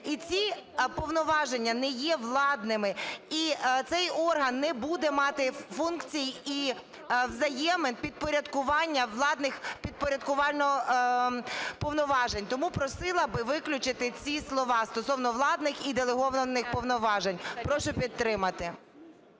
І ці повноваження не є владними. І цей орган не буде мати функцій і взаємин підпорядкування владних повноважень. Тому просила би виключити ці слова, стосовно "владних і делегованих повноважень. Прошу підтримати.